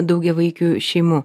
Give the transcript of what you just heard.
daugiavaikių šeimų